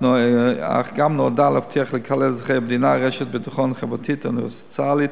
אך נועדה גם להבטיח לכלל אזרחי המדינה רשת ביטחון חברתית אוניברסלית